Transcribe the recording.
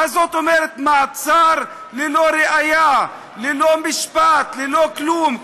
מה זאת אומרת מעצר ללא ראיה, ללא משפט, ללא כלום?